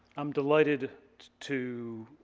i'm delighted to